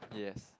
yes